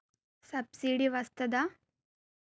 Subsidy వస్తదా?